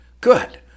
good